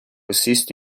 assist